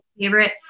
favorite